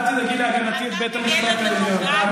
אל תדאגי להגנתי את בית המשפט העליון.